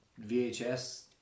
VHS